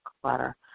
clutter